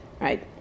right